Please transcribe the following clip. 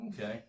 Okay